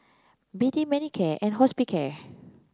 B D Manicare and Hospicare